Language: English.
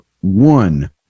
one